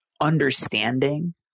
understanding